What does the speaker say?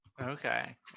Okay